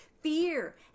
fear